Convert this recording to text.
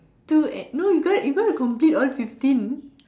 two eh no you got to complete all fifteen